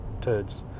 turds